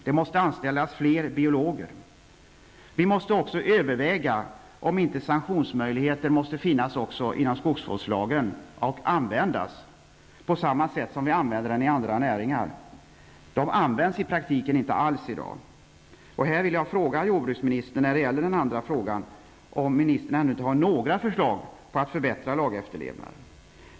Det måste anställas fler biologer. Vi måste också överväga om inte sanktionsmöjligheter måste finnas också i skogsvårdslagen och användas på samma sätt som den möjligheten används inom andra näringar. Sanktioner används i praktiken inte alls i dag. När det gäller min andra fråga vill jag här fråga jordbruksministern om han ännu inte har några förslag om att förbättra lagefterlevnaden.